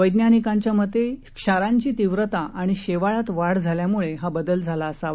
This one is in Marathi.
वैज्ञानिकांच्या मते क्षारांची तीव्रता आणि शेवाळात वाढ झाल्यामुळं हा बदल झाला असावा